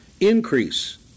increase